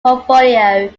portfolio